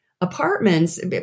apartments